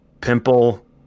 Pimple